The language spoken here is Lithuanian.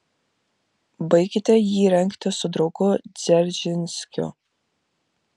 baikite jį rengti su draugu dzeržinskiu